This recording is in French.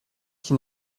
qui